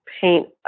paint